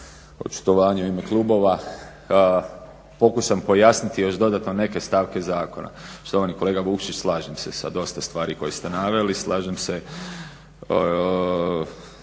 očitovanja u ime klubova pokušam pojasniti još dodatno neke stavke zakona. Štovani kolega Vukšić slažem se sa dosta stvari koje ste naveli,